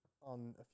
on